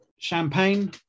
Champagne